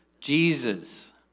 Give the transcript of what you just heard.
Jesus